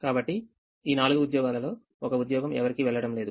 కాబట్టి ఈ 4 ఉద్యోగాలలో ఒక ఉద్యోగం ఎవరికీ వెళ్ళడం లేదు